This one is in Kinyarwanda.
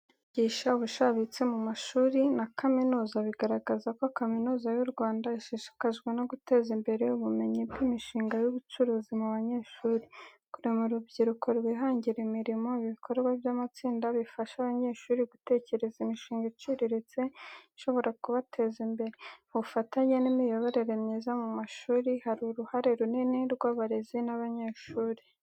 Kwigisha ubushabitsi mu mashuri na kaminuza: Bigaragaza ko kaminuza y’u Rwanda ishishikajwe no guteza imbere ubumenyi bw’imishinga y’ubucuruzi mu banyeshuri. Kurema urubyiruko rwihangira imirimo: ibi bikorwa by’amatsinda bifasha abanyeshuri gutekereza imishinga iciriritse ishobora kubateza imbere. Ubufatanye n’imiyoborere myiza mu mashuri Hari uruhare runini rw’abarezi n’abanyeshuri.